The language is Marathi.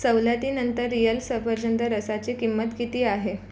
सवलतीनंतर रिअल सफरचंद रसाची किंमत किती आहे